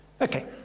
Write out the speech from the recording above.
Okay